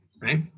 right